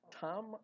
Tom